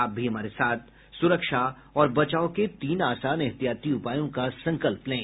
आप भी हमारे साथ सुरक्षा और बचाव के तीन आसान एहतियाती उपायों का संकल्प लें